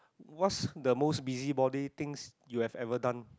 what's the most busybody things you had ever done